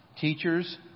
teachers